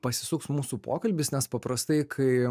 pasisuks mūsų pokalbis nes paprastai kai